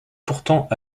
pourtant